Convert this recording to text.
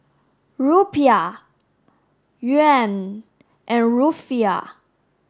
Rupiah Yuan and Rufiyaa